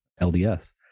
LDS